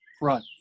Right